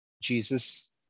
Jesus